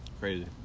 Crazy